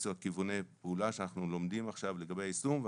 המליצו על כיווני פעולה שאנחנו לומדים עכשיו לגבי היישום.